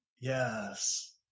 Yes